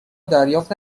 دریافت